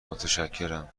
متشکرم